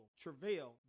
travail